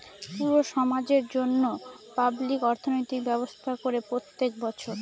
পুরো সমাজের জন্য পাবলিক অর্থনৈতিক ব্যবস্থা করে প্রত্যেক বছর